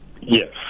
Yes